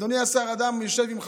אדוני השר, אדם יושב עם חמצן,